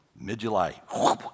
mid-July